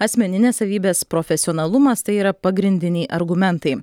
asmeninės savybės profesionalumas tai yra pagrindiniai argumentai